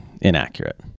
inaccurate